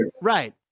Right